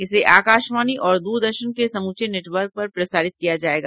इसे आकाशवाणी और दूरदर्शन के समूचे नेटवर्क पर प्रसारित किया जायेगा